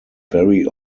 very